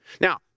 Now